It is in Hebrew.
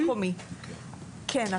כן.